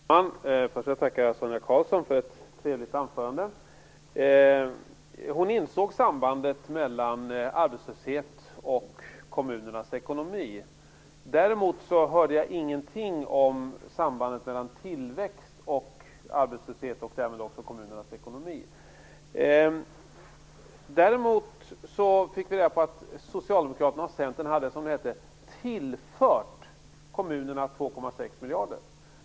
Fru talman! Jag vill först tacka Sonia Karlsson för ett trevligt anförande. Hon insåg sambandet mellan arbetslöshet och kommunernas ekonomi. Däremot hörde jag ingenting om sambandet mellan tillväxt och arbetslöshet och därmed också med kommunernas ekonomi. Men vi fick reda på att Socialdemokraterna och miljarder.